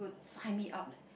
sign me up leh